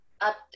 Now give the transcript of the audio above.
up